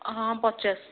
ହଁ ପଚାଶ